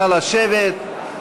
נא לשבת,